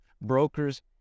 brokers